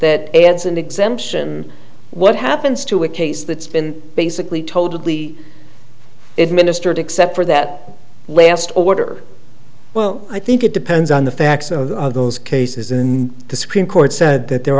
that adds an exemption what happens to a case that's been basically totally it ministered except for that last order well i think it depends on the facts of those cases in the supreme court said that there